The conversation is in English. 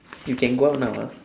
we can go out now